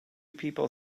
people